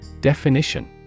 Definition